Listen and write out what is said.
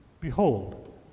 Behold